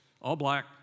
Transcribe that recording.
all-black